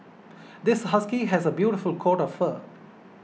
this husky has a beautiful coat of fur